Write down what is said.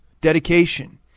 dedication